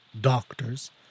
doctors